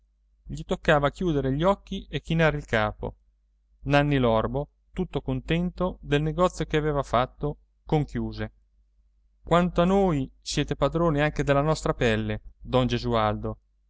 gli toccava chiudere gli occhi e chinare il capo nanni l'orbo tutto contento del negozio che aveva fatto conchiuse quanto a noi siete padrone anche della nostra pelle don gesualdo